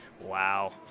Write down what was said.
Wow